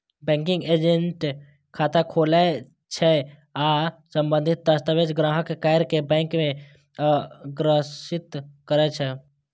banking agent खाता खोलै छै आ संबंधित दस्तावेज संग्रह कैर कें बैंक के अग्रसारित करै छै